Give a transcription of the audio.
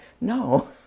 No